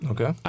Okay